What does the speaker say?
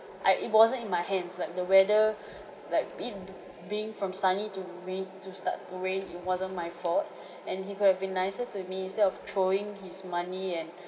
I it wasn't in my hands like the weather like it being from sunny to re~ to start to rain it wasn't my fault and he could have been nicer to me instead of throwing his money and